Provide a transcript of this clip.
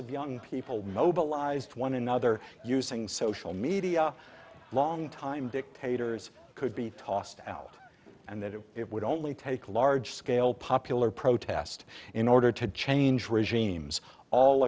of young people mobilized one another using social media long time dictators could be tossed out and that it would only take a large scale popular protest in order to change regimes all